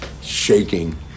shaking